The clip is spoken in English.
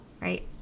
right